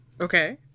Okay